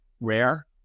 rare